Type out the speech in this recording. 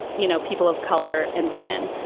you know, people of color and women.